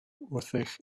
wrthych